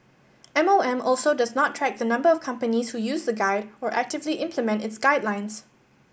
M O M also does not track the number of companies who use the guide or actively implement its guidelines